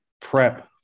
prep